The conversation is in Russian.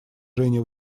женя